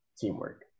teamwork